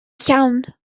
llawn